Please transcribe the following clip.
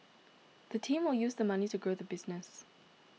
the team will use the money to grow the business